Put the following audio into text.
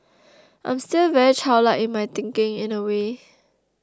I'm still very childlike in my thinking in a way